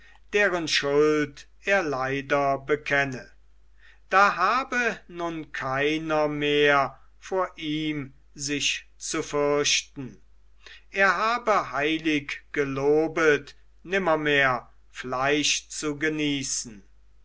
deren schuld er leider bekenne da habe nun keiner mehr vor ihm sich zu fürchten er habe heilig gelobet nimmermehr fleisch zu genießen